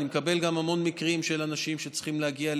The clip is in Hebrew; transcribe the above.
אני מקבל גם המון מקרים של אנשים שצריכים להגיע,